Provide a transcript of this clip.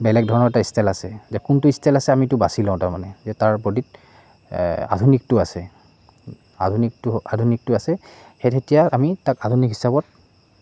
বেলেগ ধৰণৰ এটা ষ্টাইল আছে যে কোনটো ষ্টাইল আছে আমি সেইটো বাচি লওঁ তাৰমানে যে তাৰ বডীত আধুনিকটো আছে আধুনিকটো আধুনিকটো আছে সেই তেতিয়া আমি তাক আধুনিক হিচাপত